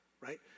right